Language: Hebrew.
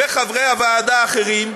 וחברי הוועדה האחרים,